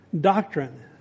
Doctrine